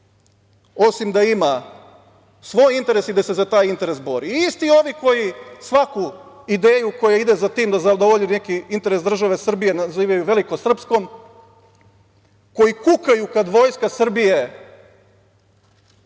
osim da ima svoj interes i da se za taj interes bori. Isti ovi koji svaku ideju koja ide sa tim da zadovolji neki interes Srbije, nazivaju velikosrpskom, koji kukaju kada Vojska Srbije